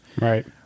Right